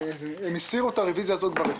הם הסירו את הרוויזיה הזאת כבר אתמול.